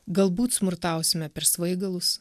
galbūt smurtausime prieš svaigalus